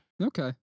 Okay